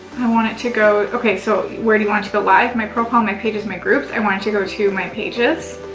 i want it to go okay, so where do you want to go live, my profile, my pages, my groups. i want you to go to my pages.